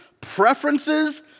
preferences